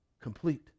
complete